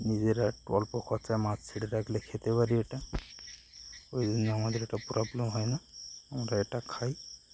নিজেরা অল্প খরচায় মাছ ছেড়ে থাকলে খেতে পারি এটা ওই জন্য আমাদের এটা প্রবলেম হয় না আমরা এটা খাই